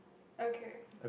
okay